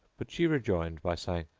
but she rejoined by saying,